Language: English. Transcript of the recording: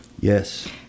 Yes